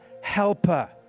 helper